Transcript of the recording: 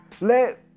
let